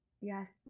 Yes